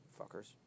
fuckers